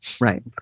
Right